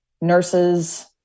nurses